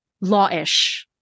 law-ish